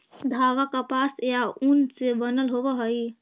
धागा कपास या ऊन से बनल होवऽ हई